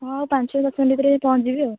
ହଁ ଆଉ ପାଞ୍ଚ ଦଶ ମିନିଟ୍ ଭିତରେ ପହଞ୍ଚିଯିବି ଆଉ